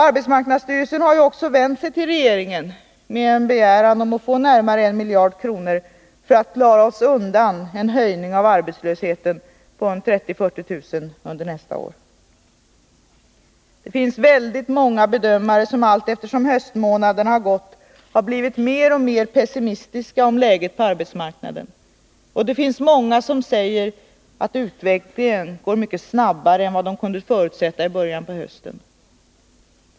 Arbetsmarknadsstyrelsen har ju också vänt sig till regeringen med en begäran om att få närmare 1 miljard kronor för att klara oss undan en höjning av arbetslösheten med 30 000-40 000 personer under nästa år. Det finns väldigt många bedömare som, allteftersom höstmånaderna gått, har blivit mer och mer pessimistiska om läget på arbetsmarknaden. Och det finns många som säger att utvecklingen går mycket snabbare än vad de kunde förutsätta i början av hösten.